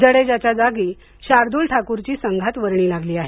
जडेजाच्या जागी शार्दुल ठाकूरची संघात वर्णी लागली आहे